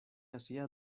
hacía